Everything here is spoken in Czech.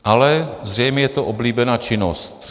Ale zřejmě je to oblíbená činnost.